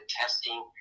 testing